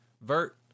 vert